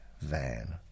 van